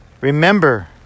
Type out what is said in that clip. Remember